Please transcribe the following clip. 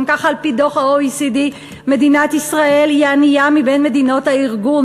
גם ככה על-פי דוח ה-OECD מדינת ישראל היא הענייה מבין מדינות הארגון,